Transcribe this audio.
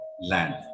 land